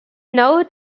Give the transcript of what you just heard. now